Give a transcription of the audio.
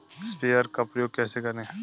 Sprayer का उपयोग कैसे करें?